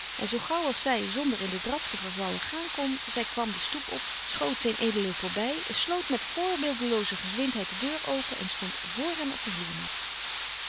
en zoo gauw als zij zonder in den draf te vervallen gaan kon zij kwam de stoep op schoot zed voorbij sloot met voorbeeldelooze gezwindheid de deur open en stond vr hem op de vloermat